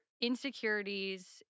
insecurities